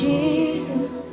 Jesus